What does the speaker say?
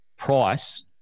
price